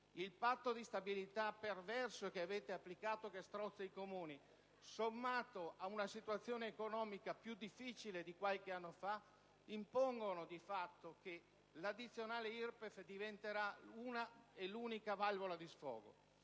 il Patto di stabilità perverso che avete applicato e che strozza i Comuni, sommati ad una situazione economica più difficile di qualche anno fa impongono di fatto che l'addizionale IRPEF diventi l'unica valvola di sfogo.